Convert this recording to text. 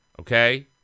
okay